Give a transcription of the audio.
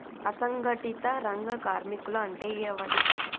అసంఘటిత రంగ కార్మికులు అంటే ఎవలూ?